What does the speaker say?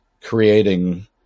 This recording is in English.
creating